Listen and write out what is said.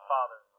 Father